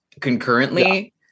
concurrently